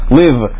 live